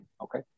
Okay